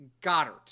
Goddard